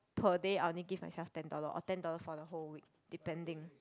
per day I only give myself ten dollar or ten dollar for the whole week depending